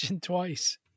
twice